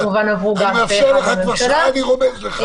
אני מאפשר לך, כבר שעה אני רומז לך.